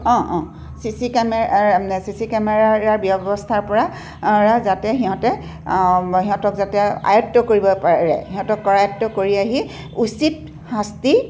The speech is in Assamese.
অঁ অঁ C C camera C C কেমেৰাৰ ব্যৱস্থাৰ পৰা যাতে সিহঁতে সিহঁতক যাতে আয়ত্ত্ব কৰিব পাৰে সিহঁতক কৰায়ত্ত্ব কৰি আহি উচিত শাস্তি